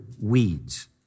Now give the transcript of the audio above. weeds